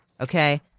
Okay